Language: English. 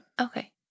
Okay